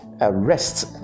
arrests